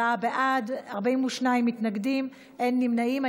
24 בעד, 42 מתנגדים, אין נמנעים.